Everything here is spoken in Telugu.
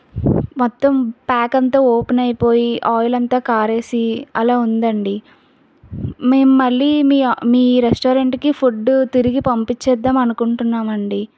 మొత్తం ప్యాక్ అంతా ఓపెన్ అయిపోయి ఆయిల్ అంతా కారి అలా ఉందండి మేము మళ్ళీ మీ రెస్టారెంట్కి ఫుడ్ తిరిగి పంపి పంపించేద్దామని అనుకుంటున్నాం అండి